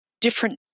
different